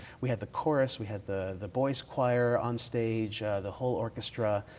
we had the chorus. we had the the boys choir on stage, the whole orchestra.